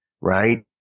right